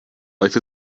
life